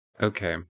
okay